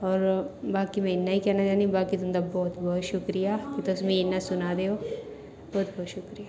होर बाकी में इन्ना कहना चाहन्नी बाकी तुंदा बोह्त बोह्त शुक्रिया कि तुस मिगी इन्ना सुना दे ओ बोह्त बोह्त शुक्रिया